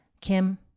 Kim